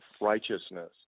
righteousness